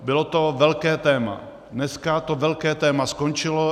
Bylo to velké téma, dneska to velké téma skončilo.